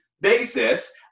basis